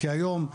כי היום,